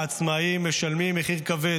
העצמאים משלמים מחיר כבד,